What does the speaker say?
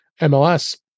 MLS